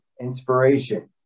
inspiration